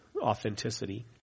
authenticity